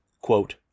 quote